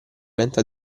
lenta